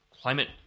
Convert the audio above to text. climate